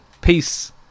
peace